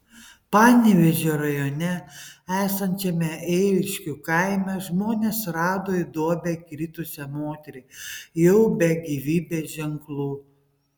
panevėžio rajone esančiame ėriškių kaime žmonės rado į duobę įkritusią moterį jau be gyvybės ženklų